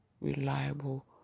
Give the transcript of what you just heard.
reliable